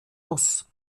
muss